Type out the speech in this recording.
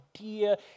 idea